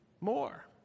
more